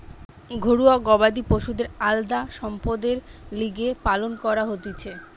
ঘরুয়া গবাদি পশুদের আলদা সম্পদের লিগে পালন করা হতিছে